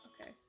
okay